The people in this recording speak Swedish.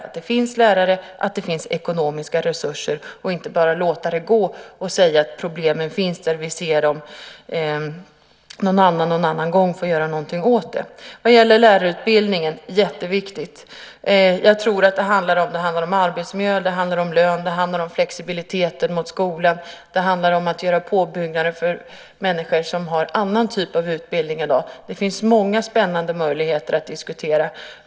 Det måste finnas lärare och ekonomiska resurser. Man får inte bara låta det gå och säga att problemen finns och att någon annan någon annan gång får göra något åt dem. Det där med lärarutbildningen är jätteviktigt. Jag tror att det handlar om arbetsmiljö, lön, flexibilitet mot skolan och om att göra påbyggnader för människor som har en annan typ av utbildning i dag. Det finns många spännande möjligheter att diskutera.